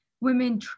women